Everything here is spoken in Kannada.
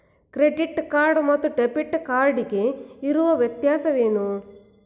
ಕ್ರೆಡಿಟ್ ಕಾರ್ಡ್ ಮತ್ತು ಡೆಬಿಟ್ ಕಾರ್ಡ್ ಗೆ ಇರುವ ವ್ಯತ್ಯಾಸವೇನು?